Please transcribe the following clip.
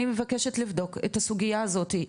אני מבקשת לבדוק את הסוגייה הזאתי,